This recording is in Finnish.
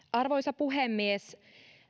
arvoisa puhemies